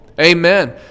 amen